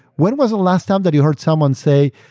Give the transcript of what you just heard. when was the last time that you heard someone say,